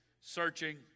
searching